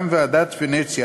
גם ועדת ונציה,